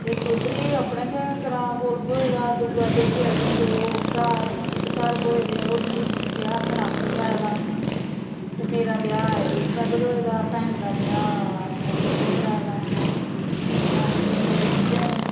इक उद्धर गी अपने गै ग्रांऽ कोल ब्होए दा दूआ जाइयै असें द'ऊं भ्राऽ इक घर ब्होए दे ओह् उं'दी ब्याह् असें रामबन कराए दा ते मेरा ब्याह् रूपनगर होए दा ते भैन दा ब्याह् नगरोटै कराए दा नानकिये मेरे पीढ़ै न